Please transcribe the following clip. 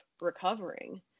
recovering